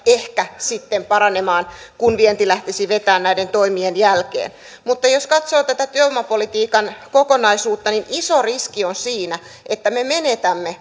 ehkä paranemaan kun vienti lähtisi vetämään näiden toimien jälkeen mutta jos katsoo tätä työvoimapolitiikan kokonaisuutta niin iso riski on siinä että me menetämme